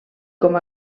com